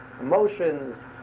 Emotions